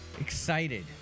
excited